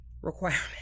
requirement